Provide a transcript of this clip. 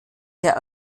der